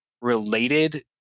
related